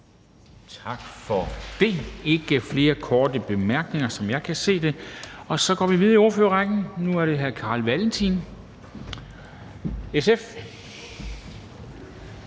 Tak for det. Der er ikke flere korte bemærkninger, som jeg kan se det. Så går vi videre i ordførerrækken. Nu er det hr. Carl Valentin, SF.